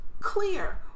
Clear